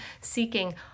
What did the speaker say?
Seeking